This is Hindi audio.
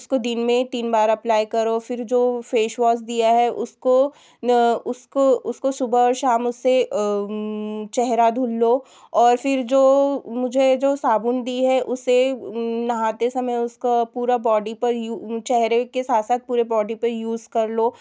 उसको दिन में तीन बार अप्लाइ करो फिर जो फेसवॉश दिया है उसको उसको उसको सुबह शाम उसे चेहरा धूल लो और फिर जो मुझे जो साबुन दी है उसे नहाते समय उसको पूरा बॉडी पर यू चेहरे के साथ साथ पूरे बॉडी पर यूज़ कर लो